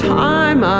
time